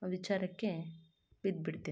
ವಿಚಾರಕ್ಕೆ ಬಿದ್ದುಬಿಡ್ತೀನಿ